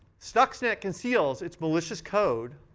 stuxnet conceals its malicious code,